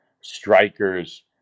strikers